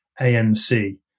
ANC